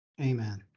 Amen